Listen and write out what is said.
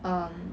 um